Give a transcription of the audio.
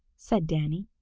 said danny,